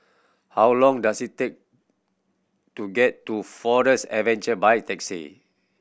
how long does it take to get to Forest Adventure by taxi